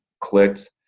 clicked